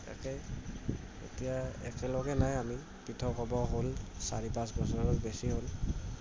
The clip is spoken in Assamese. তাকেই এতিয়া একেলগে নাই আমি পৃথক হ'ব হ'ল চাৰি পাঁচ বছৰৰ বেছি হ'ল